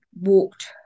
walked